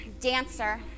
Dancer